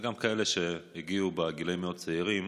גם כאלה שהגיעו לארץ בגילים מאוד צעירים,